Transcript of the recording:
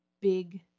big